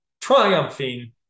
triumphing